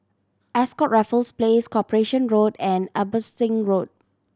Ascott Raffles Place Corporation Road and Abbotsingh Road